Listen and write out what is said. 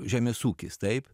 žemės ūkis taip